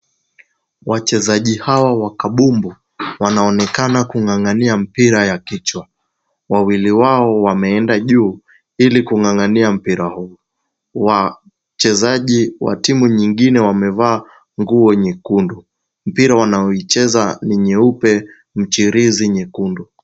Wachezaji hawa wa kabumbu, wanaonekana kung'ang'ania mpira wa kichwa. Wawili wao wameenda juu, ili kung'ang'ania mpira huu. Wachezaji wa timu nyingine wamevaa nguo nyekundu. Mpira wanaoucheza ni nyeupe, mchirizi mwekundu.